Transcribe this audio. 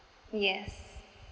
yes